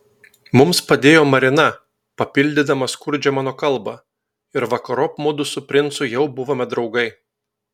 mums padėjo marina papildydama skurdžią mano kalbą ir vakarop mudu su princu jau buvome draugai